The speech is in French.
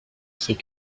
c’est